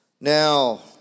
Now